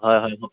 হয় হয় হয়